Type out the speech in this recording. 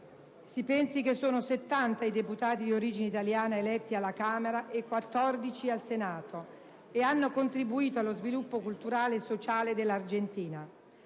(si pensi che sono 70 i deputati di origine italiana eletti alla Camera e 14 al Senato), e hanno contribuito allo sviluppo culturale e sociale dell'Argentina.